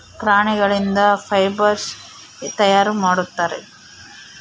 ಪ್ರಾಣಿಗಳಿಂದ ಫೈಬರ್ಸ್ ತಯಾರು ಮಾಡುತ್ತಾರೆ